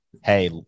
Hey